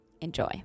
Enjoy